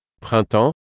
Printemps